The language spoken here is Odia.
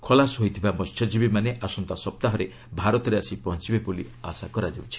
ଖଲାସ ହୋଇଥିବା ମସ୍ୟଜୀବୀମାନେ ଆସନ୍ତା ସପ୍ତାହରେ ଭାରତରେ ଆସି ପହଞ୍ଚିବେ ବୋଲି ଆଶା କରାଯାଉଛି